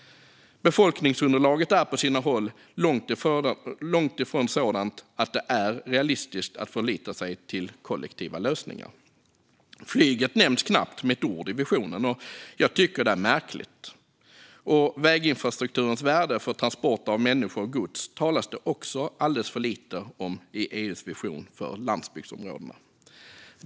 Befolkningsunderlaget är på sina håll långt ifrån sådant att det är realistiskt att förlita sig på kollektiva lösningar. Flyget nämns knappt med ett ord i visionen, vilket jag tycker är märkligt. Det talas också alldeles för lite om väginfrastrukturens värde för transporter av människor och gods i EU:s vision för landsbygdsområdena.